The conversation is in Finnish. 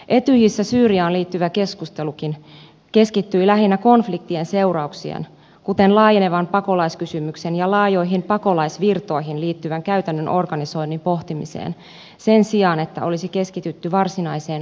etyjissä syyriaan liittyvä keskustelukin keskittyi lähinnä konfliktien seurauksien kuten laajenevan pakolaiskysymyksen ja laajoihin pakolaisvirtoihin liittyvän käytännön organisoinnin pohtimiseen sen sijaan että olisi keskitytty varsinaiseen konfliktin ratkaisuun